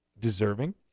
Deserving